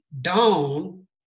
down